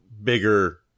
Bigger